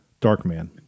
Darkman